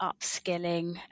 upskilling